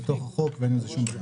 בתוך החוק ואין עם זה שום בעיה.